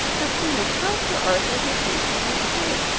christina tell sir arthur he is making a mistake.